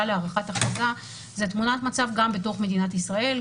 להארכת ההכרזה זו תמונת המצב בתוך מדינת ישראל.